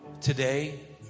today